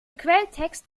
quelltext